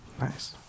Nice